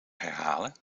herhalen